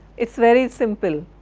it is very simple.